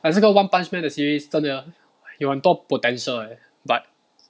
like 这个 one punch man 的 series 真的有很多 potential leh but